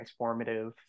transformative